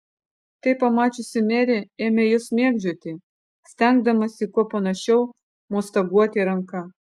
tai pamačiusi merė ėmė juos mėgdžioti stengdamasi kuo panašiau mostaguoti ranka